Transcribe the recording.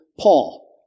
Paul